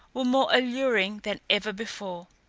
were more alluring than ever before.